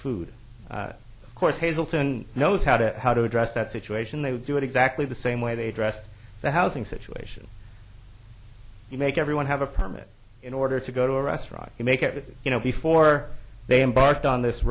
food of course hazleton knows how to how to address that situation they would do it exactly the same way they dressed the housing situation to make everyone have a permit in order to go to a restaurant to make it you know before they embarked on this